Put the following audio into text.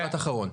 משפט אחרון.